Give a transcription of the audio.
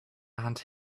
and